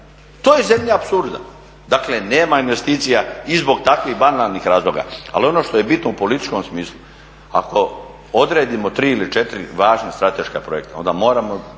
To je zemlja apsurda. Dakle nema investicija i zbog takvih banalnih razloga. Ali ono što je bitno u političkom smislu ako odredimo 3 ili 4 važna strateška projekta, onda moramo